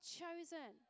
chosen